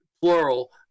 plural